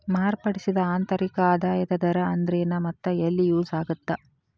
ಮಾರ್ಪಡಿಸಿದ ಆಂತರಿಕ ಆದಾಯದ ದರ ಅಂದ್ರೆನ್ ಮತ್ತ ಎಲ್ಲಿ ಯೂಸ್ ಆಗತ್ತಾ